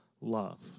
love